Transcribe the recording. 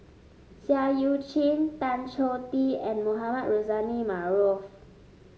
Seah Eu Chin Tan Choh Tee and Mohamed Rozani Maarof